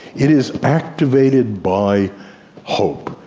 it is activated by hope,